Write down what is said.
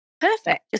perfect